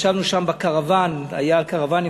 ישבנו שם בקרוון, היו קרוונים.